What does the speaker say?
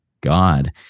God